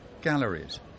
galleries